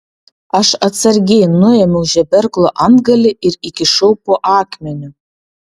aš atsargiai nuėmiau žeberklo antgalį ir įkišau po akmeniu